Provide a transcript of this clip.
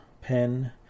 pen